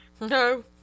No